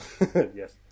Yes